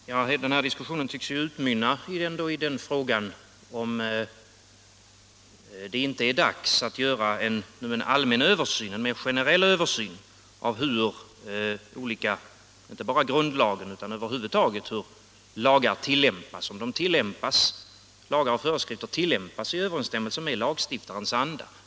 Herr talman! Hela den här diskussionen tycks utmynna i frågan, om det inte är dags att göra en mer generell översyn av hur inte bara grundlagen utan lagar och föreskrifter över huvud taget tillämpas och om det verkligen sker i överensstämmelse med lagstiftarens anda.